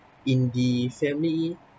in the family